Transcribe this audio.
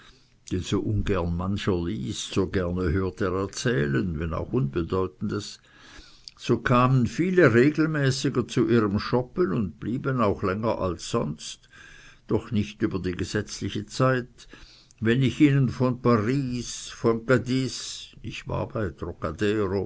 so ungern mancher liest so gerne hört er erzählen wenn auch unbedeutendes so kamen viele regelmäßiger zu ihrem schoppen und blieben auch länger als sonst doch nicht über die gesetzliche zeit wenn ich ihnen von paris von cadix ich